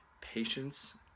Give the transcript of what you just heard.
patience